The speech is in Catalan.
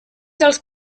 dels